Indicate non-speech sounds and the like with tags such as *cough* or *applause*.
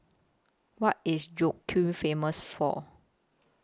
What IS *unintelligible* Famous For